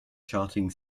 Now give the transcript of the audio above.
charting